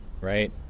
right